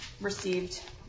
received